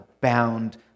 bound